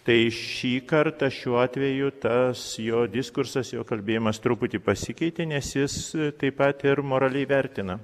tai šį kartą šiuo atveju tas jo diskursas jo kalbėjimas truputį pasikeitė nes jis taip pat ir moraliai vertina